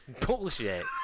Bullshit